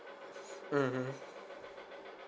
mmhmm